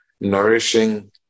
nourishing